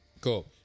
Cool